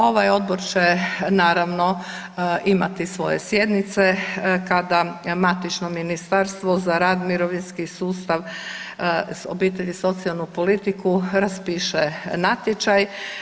Ovaj odbor će naravno imati svoje sjednice kada matično Ministarstvo za rad, mirovinski sustav, obitelj i socijalnu politiku raspiše natječaj.